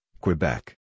Quebec